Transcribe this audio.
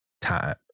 time